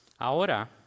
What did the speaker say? Ahora